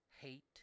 hate